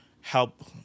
help